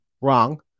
wrong